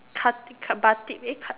ka~ batik eh ka~